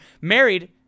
married